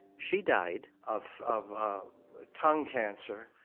she died. of of tongue cancer.